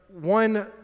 one